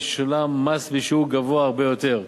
משולם מס בשיעור גבוה הרבה יותר.